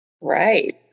Right